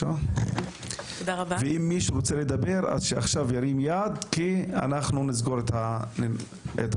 אם מישהו רוצה לדבר שירים יד כי אנחנו סוגרים את הישיבה.